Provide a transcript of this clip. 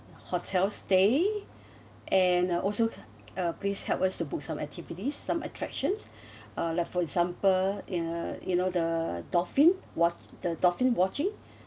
hotel stay and also uh please help us to book some activities some attractions uh like for example uh you know the dolphin watch the dolphin watching